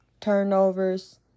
turnovers